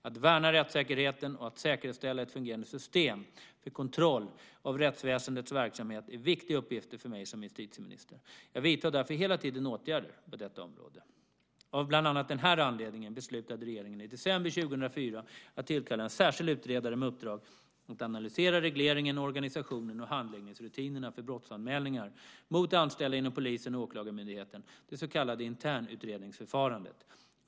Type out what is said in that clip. Att värna rättssäkerheten och att säkerställa ett fungerande system för kontroll av rättsväsendets verksamhet är viktiga uppgifter för mig som justitieminister. Jag vidtar därför hela tiden åtgärder på detta område. Av bland annat den anledningen beslutade regeringen i december 2004 att tillkalla en särskild utredare med uppdrag att analysera regleringen, organisationen och handläggningsrutinerna för brottsanmälningar mot anställda inom polisen och Åklagarmyndigheten, det så kallade internutredningsförfarandet.